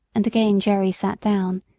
and again jerry sat down,